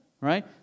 right